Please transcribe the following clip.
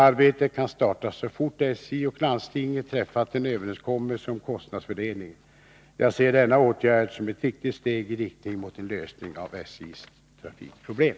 Arbetet kan starta så fort SJ och landstinget träffat en överenskommelse om kostnadsfördelningen. Jag ser denna åtgärd som ett viktigt steg i riktning mot en lösning av SJ:s trafikproblem.